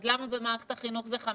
אז למה במערכת החינוך זה 15?